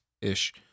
ish